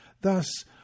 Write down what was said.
Thus